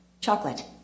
Chocolate